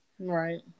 Right